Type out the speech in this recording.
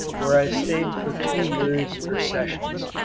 where i stayed for two years or sessions.